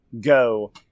go